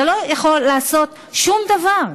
אתה לא יכול לעשות שום דבר.